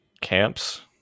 camps